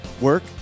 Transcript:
work